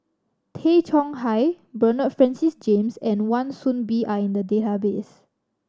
Tay Chong Hai Bernard Francis James and Wan Soon Bee are in the database